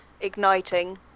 igniting